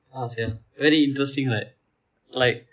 ya sia very interesting right like